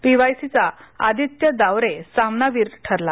P Y C चा आदित्य दावरे सामनावीर ठरला